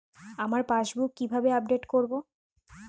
আমার পাসবুক কিভাবে আপডেট করবো?